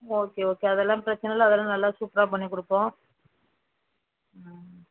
okay okay அதெல்லாம் பிரச்சனை இல்லை அதெல்லாம் நல்லா சூப்பராக பண்ணிக் கொடுப்போம் ஆ